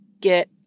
get